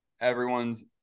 everyone's